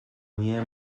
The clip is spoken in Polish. nie